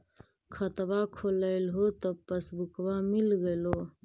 खतवा खोलैलहो तव पसबुकवा मिल गेलो?